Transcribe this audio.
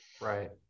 Right